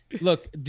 look